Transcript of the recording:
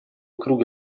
круга